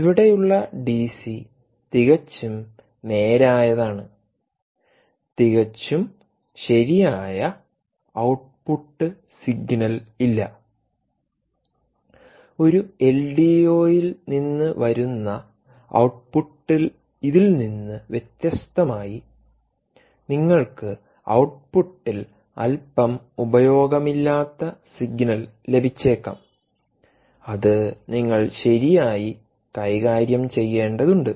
ഇവിടെയുള്ള ഡിസി തികച്ചും നേരായതാണ് തികച്ചും ശരിയായ ഔട്ട്പുട്ട് സിഗ്നൽ ഇല്ല ഒരു എൽഡിഒയിൽ നിന്ന് വരുന്ന ഔട്ട്പുട്ട് ഇതിൽ നിന്ന് വ്യത്യസ്തമായി നിങ്ങൾക്ക് ഔട്ട്പുട്ടിൽ അൽപ്പം ഉപയോഗമില്ലാത്ത സിഗ്നൽ ലഭിച്ചേക്കാം അത് നിങ്ങൾ ശരിയായി കൈകാര്യം ചെയ്യേണ്ടതുണ്ട്